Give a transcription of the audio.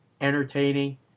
entertaining